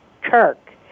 Kirk